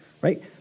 right